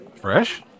Fresh